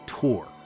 tour